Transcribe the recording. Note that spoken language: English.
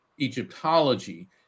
Egyptology